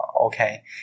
okay